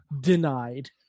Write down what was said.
Denied